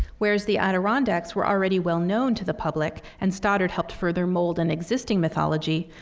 whereas the adirondacks were already well known to the public and stoddard helped further mold an existing mythology,